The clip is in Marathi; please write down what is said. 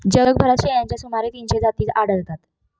जगभरात शेळ्यांच्या सुमारे तीनशे जाती आढळतात